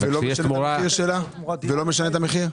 --- זה לא משנה את המחיר?